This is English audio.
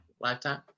Lifetime